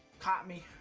taught me